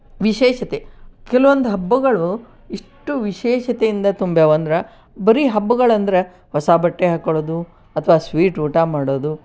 ವಿಶೇಷತೆ ಕೆಲವೊಂದು ಹಬ್ಬಗಳು ಇಷ್ಟು ವಿಶೇಷತೆಯಿಂದ ತುಂಬಿದಾವಂದ್ರೆ ಬರೀ ಹಬ್ಬಗಳಂದರೆ ಹೊಸ ಬಟ್ಟೆ ಹಾಕ್ಕೊಳ್ಳೋದು ಅಥ್ವಾ ಸ್ವೀಟ್ ಊಟ ಮಾಡೋದು